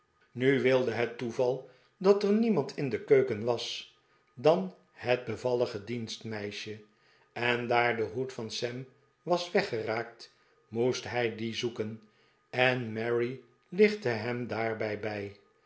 nu wilde het toeval dat er niemand in de keuken was dan het bevallige dienstmeisje en daar de hoed van sam was weggeraakt moest hij dien zoeken en mary lichtte hem daarbij